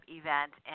event